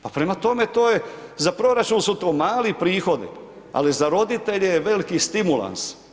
Pa prema tome za proračun su to mali prihodi, ali za roditelje je veliki stimulans.